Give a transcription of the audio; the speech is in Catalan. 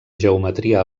geometria